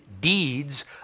Deeds